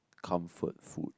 comfort food